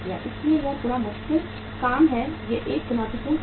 इसलिए यह थोड़ा मुश्किल काम है एक चुनौतीपूर्ण काम है